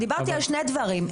דיברתי על שני דברים.